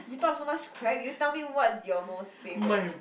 you talk so much crap you tell me what's your most favorite